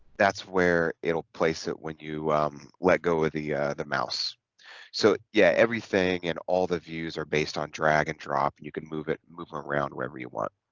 that's where it'll place it when you let go of the the mouse so yeah everything and all the views are based on drag and drop you can move it move around wherever you want